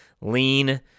lean